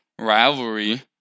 rivalry